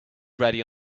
ready